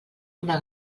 una